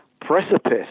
precipice